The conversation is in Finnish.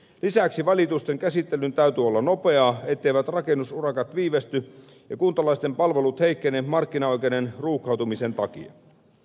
lisäksi valitusten käsittelyn täytyy olla nopeaa etteivät rakennusurakat viivästy tai kuntalaisten palvelut heikkene markkinaoikeuden ruuhkautumisen vuoksi